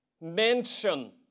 mention